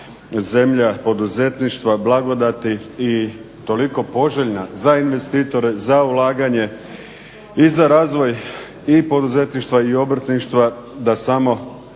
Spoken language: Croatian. zemlja poduzetništva, blagodati i toliko poželjna za investitore, za ulaganje i za razvoj i poduzetništva i obrtništva da samo